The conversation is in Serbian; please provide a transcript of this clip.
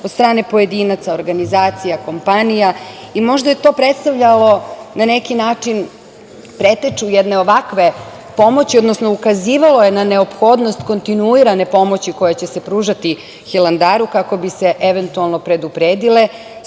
od strane pojedinaca, organizacija, kompanija i možda je to predstavljalo na neki način preteču jedne ovakve pomoći, odnosno ukazivalo je na neophodnost kontinuirane pomoći koja će se pružati Hilandaru kako bi se eventualno predupredile